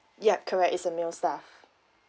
yup correct is a male staff